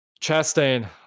Chastain